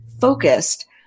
focused